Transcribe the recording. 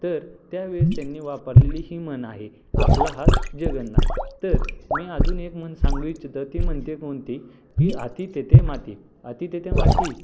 तर त्यावेळेस त्यांनी वापरलेली ही म्हण आहे आपला हात जगन्नाथ तर मी अजून एक मन सांगू इच्छितो ती म्हणते कोणती की अति तेथे माती अति तेथे माती